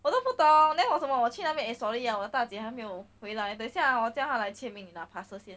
我都不懂 then 我什么我去那边 eh sorry ah 我的大姐还没有回来等一下我叫他来签名拿 parcel 先